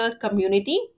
community